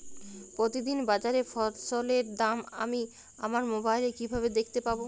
প্রতিদিন বাজারে ফসলের দাম আমি আমার মোবাইলে কিভাবে দেখতে পাব?